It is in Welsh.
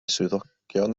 swyddogion